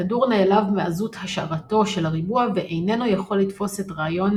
הכדור נעלב מעזות השערתו של הריבוע ואיננו יכול לתפוס את רעיון